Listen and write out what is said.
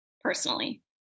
personally